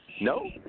no